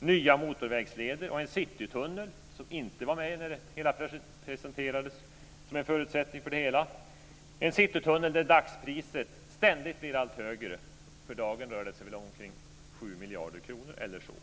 Nya motorvägsleder och en citytunnel var inte med som en förutsättning när projektet presenterades. För Citytunneln blir dagspriset ständigt allt högre. För dagen rör det sig om 7 miljarder kronor eller så.